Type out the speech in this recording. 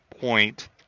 point